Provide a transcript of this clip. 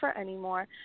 anymore